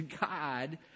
God